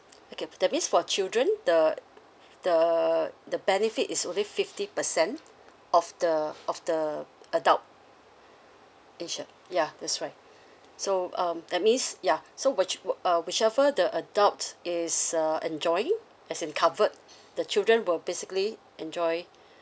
okay that means for children the the the benefit is only fifty percent of the of the adult insured ya that's right so um that means ya so which uh which ever the adult is uh enjoying as in covered the children will basically enjoy